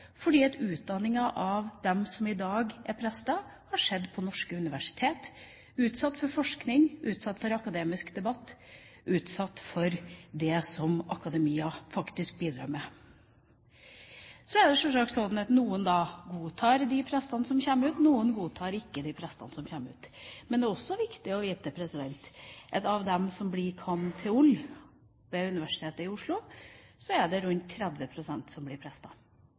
fordi utdanningen av dem som i dag er prester, har skjedd på norske universiteter, har vært utsatt for forskning, utsatt for akademisk debatt, utsatt for det som akademia faktisk bidrar med. Så er det sjølsagt slik at noen godtar de prestene som kommer ut – noen godtar ikke de prestene som kommer ut. Men det er også viktig å vite at av dem som blir cand.theol. ved Universitetet i Oslo, er det rundt 30 pst. som blir